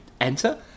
enter